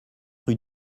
rue